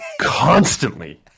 Constantly